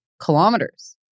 kilometers